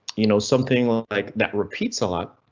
you know something like that repeats a lot.